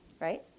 right